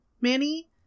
Manny